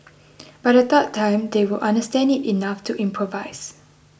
by the third time they will understand it enough to improvise